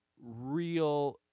real